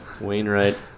Wainwright